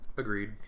Agreed